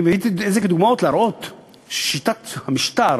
אני מביא את זה כדוגמאות להראות ששיטת המשטר,